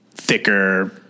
thicker